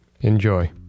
enjoy